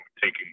taking